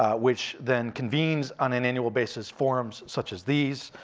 ah which then convenes on an annual basis, forums, such as these.